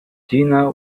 gina